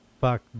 fuck